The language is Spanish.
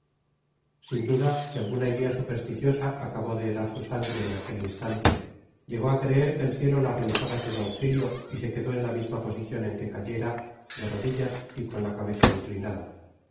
sin duda que alguna idea supersticiosa acabó de helar su sangre en aquel instante llegó á creer que el cielo l i rehusaba todo auxilio y se quedó en la misma posicion en que cayera de rodillas y con la cabeza inclinada